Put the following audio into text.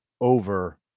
over